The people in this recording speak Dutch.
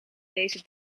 deze